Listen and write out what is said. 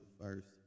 first